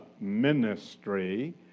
ministry